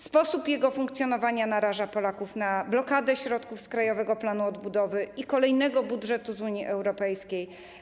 Sposób jego funkcjonowania naraża Polaków na blokadę środków z Krajowego Planu Odbudowy i kolejnego budżetu Unii Europejskiej.